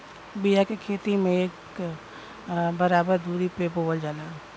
बिया के खेती में इक बराबर दुरी पे बोवल जाला